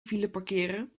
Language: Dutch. fileparkeren